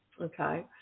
okay